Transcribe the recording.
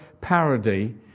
parody